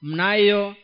Mnayo